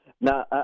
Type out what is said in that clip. Now